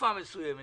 תקופה מסוימת,